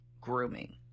grooming